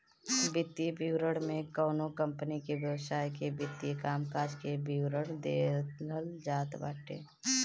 वित्तीय विवरण में कवनो कंपनी के व्यवसाय के वित्तीय कामकाज के विवरण देहल जात बाटे